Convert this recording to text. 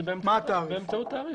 זה באמצעות תעריף.